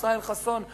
ישראל חסון,